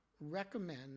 recommend